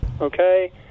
Okay